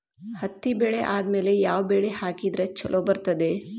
ಹತ್ತಿ ಬೆಳೆ ಆದ್ಮೇಲ ಯಾವ ಬೆಳಿ ಹಾಕಿದ್ರ ಛಲೋ ಬರುತ್ತದೆ?